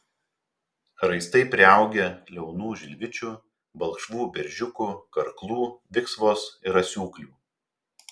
raistai priaugę liaunų žilvičių balkšvų beržiukų karklų viksvos ir asiūklių